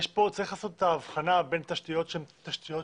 צריך לעשות את ההבחנה בין תשתיות שהן תשתיות